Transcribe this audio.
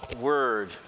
word